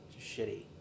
shitty